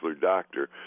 Doctor